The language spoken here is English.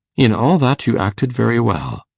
in all that you acted very well.